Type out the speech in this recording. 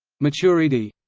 maturidi